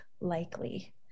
likely